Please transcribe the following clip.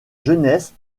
jeunesse